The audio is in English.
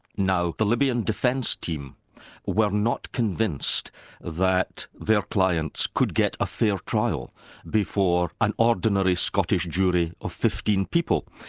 now the libyan defence team were not convinced that their clients could get a fair trial before an ordinary scottish jury of fifteen people.